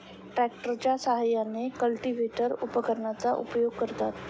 ट्रॅक्टरच्या साहाय्याने कल्टिव्हेटर उपकरणाचा उपयोग करतात